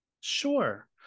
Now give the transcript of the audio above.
Sure